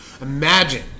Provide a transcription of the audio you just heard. Imagine